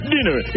Dinner